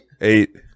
Eight